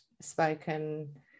spoken